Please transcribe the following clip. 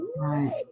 Right